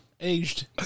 Aged